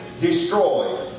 destroy